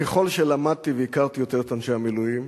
ככל שלמדתי והכרתי יותר את אנשי המילואים,